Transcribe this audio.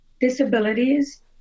disabilities